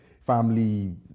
family